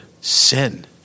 sin